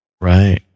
Right